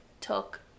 took